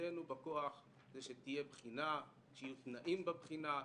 תפקידנו בכוח זה שתהיה בחינה, שיהיו תנאים בבחינה,